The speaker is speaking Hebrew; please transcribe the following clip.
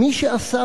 "מי שעשה,